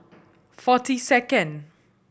forty second